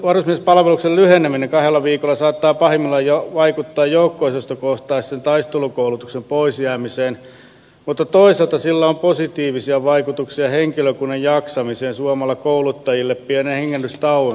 varusmiespalveluksen lyheneminen kahdella viikolla saattaa pahimmillaan vaikuttaa joukko osastokohtaisen taistelukoulutuksen poisjäämiseen mutta toisaalta sillä on positiivisia vaikutuksia henkilökunnan jaksamiseen suomalla kouluttajille pienen hengähdystauon saapumiserien välissä